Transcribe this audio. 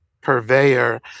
purveyor